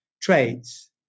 traits